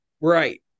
Right